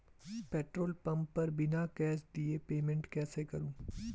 Petrol pump पर बिना cash दिए पेमेंट कैसे करूँ?